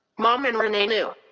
mom and renee knew.